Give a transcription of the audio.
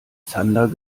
zander